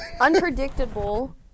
Unpredictable